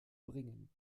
bringen